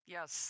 Yes